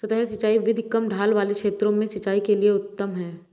सतही सिंचाई विधि कम ढाल वाले क्षेत्रों में सिंचाई के लिए उत्तम है